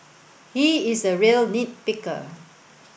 he is a real nit picker